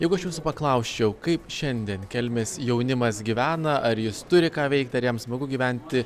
jeigu aš jūsų paklausčiau kaip šiandien kelmės jaunimas gyvena ar jis turi ką veikt ar jam smagu gyventi